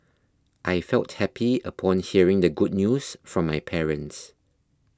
I felt happy upon hearing the good news from my parents